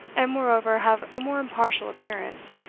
and moreover have a more impartial appearance,